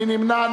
מי נמנע?